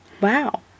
Wow